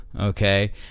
okay